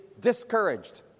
discouraged